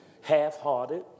Half-hearted